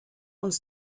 uns